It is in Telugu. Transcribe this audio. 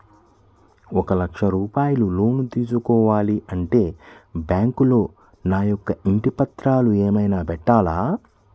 ఒక లక్ష రూపాయలు లోన్ తీసుకోవాలి అంటే బ్యాంకులో నా యొక్క ఇంటి పత్రాలు ఏమైనా పెట్టాలా?